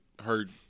heard